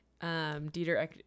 Dieter